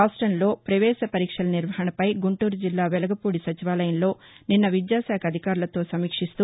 రాష్టంలో ప్రవేశ పరీక్షల నిర్వహణపై గుంటూరు జిల్లా వెలగపూడి సచివాలయంలో నిస్న విద్యా శాఖ అధికారులతో సమీక్షిస్తూ